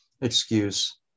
excuse